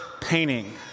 painting